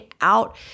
out